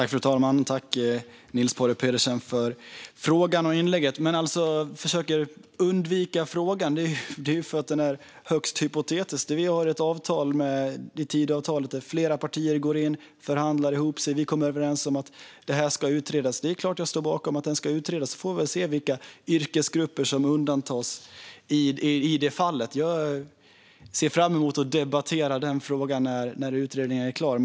Fru talman! Jag tackar Niels Paarup-Petersen för frågan. Undvika frågan? Den är högst hypotetisk. I Tidöavtalet har flera partier förhandlat ihop sig. Vi har kommit överens om att frågan ska utredas. Det är klart att jag står bakom att den ska utredas. Sedan får vi se vilka yrkesgrupper som undantas i det fallet. Jag ser fram emot att debattera frågan när utredningen är klar.